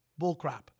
Bullcrap